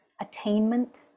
attainment